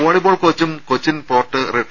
volleyball കോച്ചും Cochin port റിട്ട